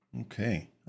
Okay